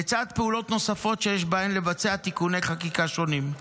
לצד פעולות נוספות שיש בהן לבצע תיקוני חקיקה שונים.